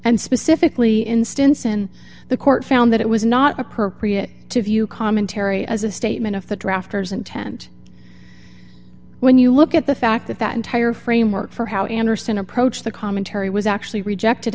and specifically instance in the court found that it was not appropriate to view commentary as a statement of the drafters intent when you look at the fact that that entire framework for how anderson approach the commentary was actually rejected